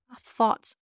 thoughts